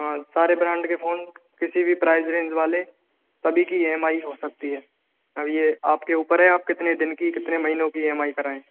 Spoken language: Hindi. हाँ सारे ब्रांड के फोन किसी भी प्राइज़ रेंज वाले सब ही की ई एम आई हो सकती है अब ये आपके ऊपर है आप कितने दिन की कितने महीनों की ई एम आई कराएं